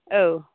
औ